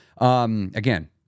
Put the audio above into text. Again